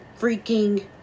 freaking